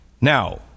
Now